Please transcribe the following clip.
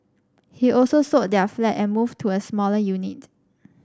he also sold their flat and moved to a smaller unit